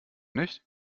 nicht